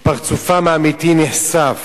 פרצופם האמיתי נחשף.